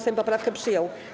Sejm poprawkę przyjął.